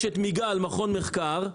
יש את מכון המחקר מיגל,